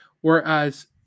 Whereas